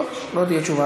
טוב, לא תהיה תשובה.